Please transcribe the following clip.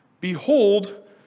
Behold